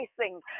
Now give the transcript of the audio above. facing